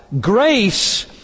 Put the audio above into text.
grace